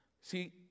See